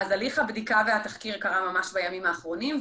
הליך הבדיקה והתחקיר קרה ממש בימים האחרונים,